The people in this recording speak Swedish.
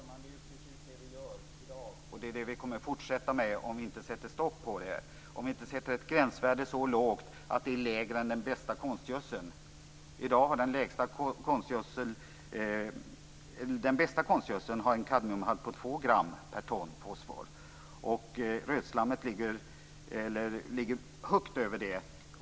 Fru talman! Det är precis vad vi i dag gör och det är också vad vi kommer att fortsätta med om vi inte sätter ett stopp för det, om vi inte sätter ett gränsvärde som är så lågt att det är lägre än vad gäller den bästa konstgödseln. Den bästa konstgödseln har en kadmiumhalt på 2 gram per ton fosfor. För rötslammet ligger halten kadmium högt däröver.